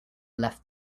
left